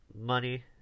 money